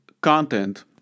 content